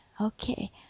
Okay